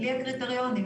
בלי הקריטריונים,